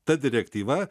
ta direktyva